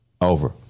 Over